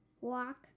Walk